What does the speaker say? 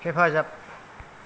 हेफाजाब